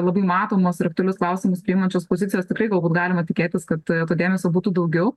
labai matomos ir aktualius klausimus priimančios pozicijos tikrai galbūt galima tikėtis kad to dėmesio būtų daugiau